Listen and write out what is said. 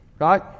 Right